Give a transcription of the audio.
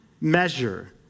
measure